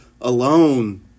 alone